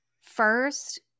First